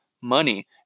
money